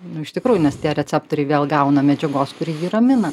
nu iš tikrųjų nes tie receptoriai vėl gauna medžiagos kuri jį ramina